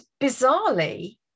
bizarrely